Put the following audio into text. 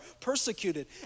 persecuted